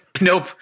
Nope